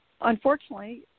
unfortunately